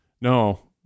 No